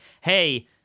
hey